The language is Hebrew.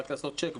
לעשות check box.